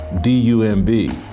D-U-M-B